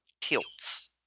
tilts